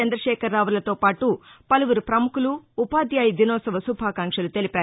చంద్రశేఖర్ రావులతో పాటు పలువురు ప్రముఖులు ఉపాధ్యాయ దినోత్సవ శుభాకాంక్షలు తెలిపారు